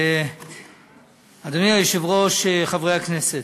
אדוני היושב-ראש, חברי הכנסת,